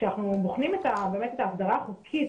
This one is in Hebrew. כשאנחנו בוחנים את ההגדרה החוקית,